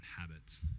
habits